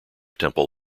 temple